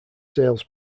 sales